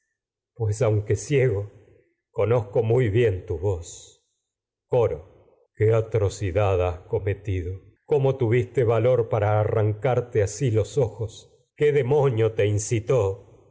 pues aunque conozco muy bien voz coro te qué atrocidad has cometido cómo tuvis valor para arrancarte así los ojos qué demonio te incitó